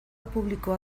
publikoa